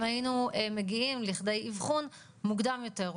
אם היינו מגיעים לכדי אבחון מוקדם יותר.